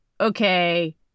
okay